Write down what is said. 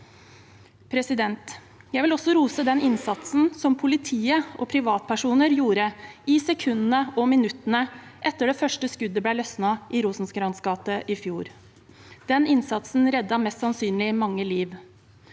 måte. Jeg vil også rose den innsatsen som politiet og privatpersoner gjorde i sekundene og minuttene etter at det første skuddet ble løsnet i Rosenkrantz’ gate i fjor. Den innsatsen reddet mest sannsynlig mange liv.